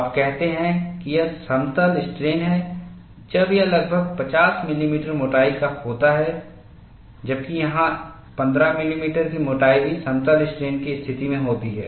आप कहते हैं कि यह समतल स्ट्रेन है जब यह लगभग 50 मिलीमीटर मोटाई का होता है जबकि यहाँ 15 मिलीमीटर की मोटाई भी समतल स्ट्रेन की स्थिति में होती है